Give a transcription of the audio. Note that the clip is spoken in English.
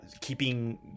keeping